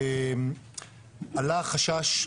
עלה החשש,